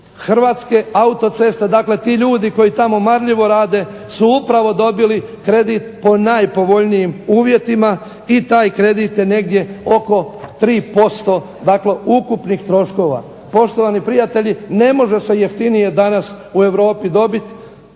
Hrvatske autoceste dakle ti ljudi koji tamo marljivo rade su upravo dobili kredit po najpovoljnijim uvjetima, i taj kredit je negdje oko 3% dakle ukupnih troškova. Poštovani prijatelji, ne može se jeftinije danas u Europi dobiti